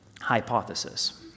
hypothesis